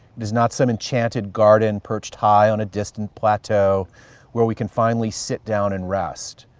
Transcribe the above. it is not some enchanted garden, perched high on a distant plateau where we can finally sit down and rest.